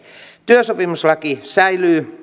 työsopimuslaki säilyy